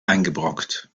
eingebrockt